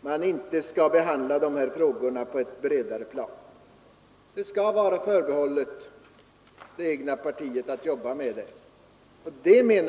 man inte skall behandla dessa frågor på ett bredare plan. Det skall vara förbehållet det egna partiet att arbeta med dem.